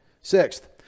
Sixth